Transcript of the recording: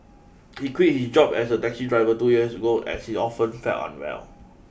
he quit his job as a taxi driver two years ago as he often felt unwell